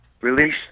release